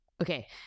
Okay